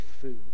food